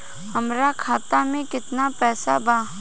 हमरा खाता मे केतना पैसा बा?